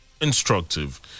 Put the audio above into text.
instructive